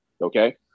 Okay